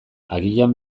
agian